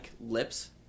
lips